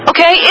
Okay